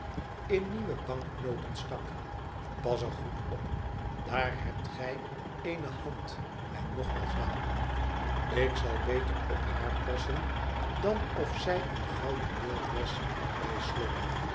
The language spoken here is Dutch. in nieuwe banlmoten stak pas er goed op daar hebt gij eene hand en nogmaals dank u ik zal beter op haar passen dan of zij een gouden beeld was zei slop